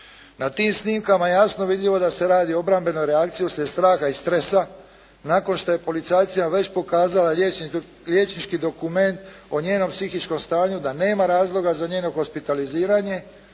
Na tim snimkama jasno je vidljivo da se radi o obrambenoj reakciji uslijed straha i stresa nakon što je policajcima već pokazala liječnički dokument o njenom psihičkom stanju da nema razloga za njeno hospitaliziranje.